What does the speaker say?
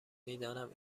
میدانم